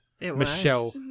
Michelle